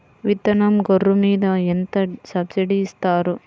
విత్తనం గొర్రు మీద ఎంత సబ్సిడీ ఇస్తారు?